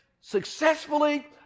successfully